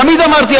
תמיד אמרתי,